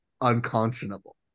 unconscionable